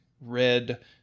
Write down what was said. red